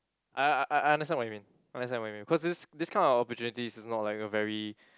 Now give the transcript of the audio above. I I I I understand what you mean I understand what you mean because this this kind of opportunity is not like a very